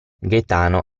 gaetano